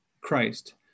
christ